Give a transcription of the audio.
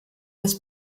des